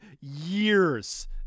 years